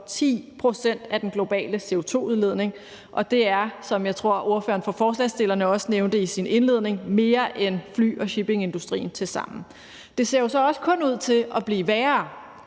10 pct. af den globale CO2-udledning, og det er, som jeg tror ordføreren for forslagsstillerne også nævnte i sin indledning, mere end fly- og shippingindustrien tilsammen. Det ser så også ud til kun at blive værre,